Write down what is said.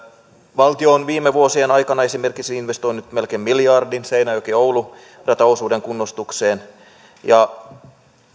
valtio on viime vuosien aikana esimerkiksi investoinut melkein miljardin seinäjoki oulu rataosuuden kunnostukseen ja